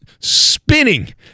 spinning